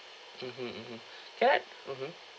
mmhmm mmhmm can I mmhmm